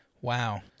Wow